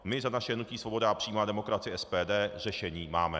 My za naše hnutí Svoboda a přímá demokracie, SPD, řešení máme.